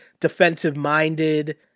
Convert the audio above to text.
defensive-minded